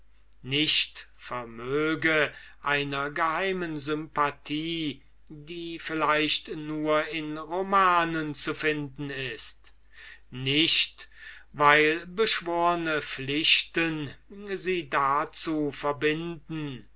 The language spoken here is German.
nicht vermöge einer geheimen sympathie die vielleicht nur in romanen zu finden ist nicht weil beschworne pflichten sie dazu verbinden